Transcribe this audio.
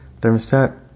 thermostat